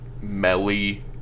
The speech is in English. melly